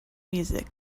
music